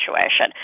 situation